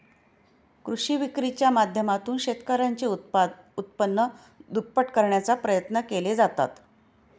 कृषी विक्रीच्या माध्यमातून शेतकऱ्यांचे उत्पन्न दुप्पट करण्याचा प्रयत्न केले जात आहेत